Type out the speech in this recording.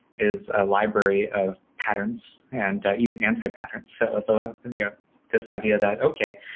is a library of patterns and even anti-patterns. so ah the the ah this idea that, okay.